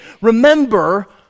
remember